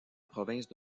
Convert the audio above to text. province